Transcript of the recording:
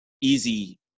easy